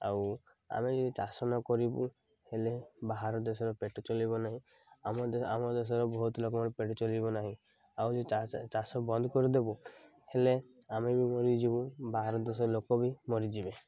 ଆଉ ଆମେ ଯଦି ଚାଷ ନ କରିବୁ ହେଲେ ବାହାର ଦେଶର ପେଟ ଚଲିବ ନାହିଁ ଆମ ଆମ ଦେଶର ବହୁତ ଲୋକମାନେ ପେଟ ଚଲିବ ନାହିଁ ଆଉ ଯଦି ଚାଷ ବନ୍ଦ କରିଦେବୁ ହେଲେ ଆମେ ବି ମରିଯିବୁ ବାହାର ଦେଶ ଲୋକ ବି ମରିଯିବେ